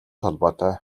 холбоотой